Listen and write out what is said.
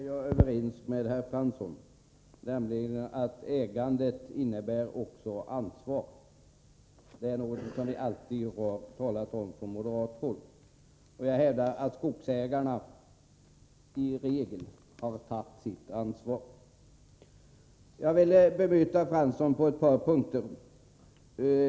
Herr talman! I ett visst avseende är jag överens med Jan Fransson, beträffande att ägande också innebär ansvar. Det är något som vi alltid har talat om från moderat håll. Och jag hävdar att skogsägarna i regel har tagit sitt ansvar. Jag vill bemöta Jan Fransson på ett par punkter.